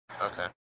Okay